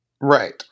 Right